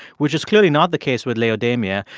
which is clearly not the case with laodamia.